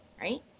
right